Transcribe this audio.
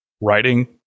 writing